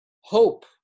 hope